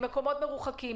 ממקומות מרוחקים,